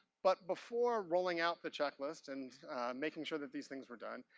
but before rolling out the checklist and making sure that these things were done,